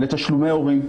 לתשלומי הורים.